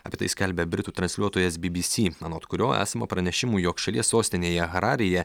apie tai skelbia britų transliuotojas bbc anot kurio esama pranešimų jog šalies sostinėje hararėje